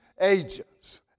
agents